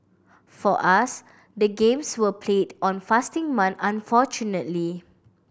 for us the games were played on fasting month unfortunately